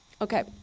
Okay